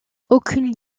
aucune